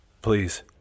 please